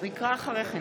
מצביעה איילת